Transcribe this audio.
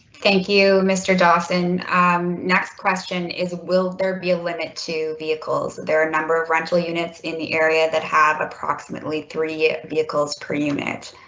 thank you mr. dawson next question is, will there be a limit to vehicles? there are a number of rental units in the area that have approximately three vehicles per unit,